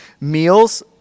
Meals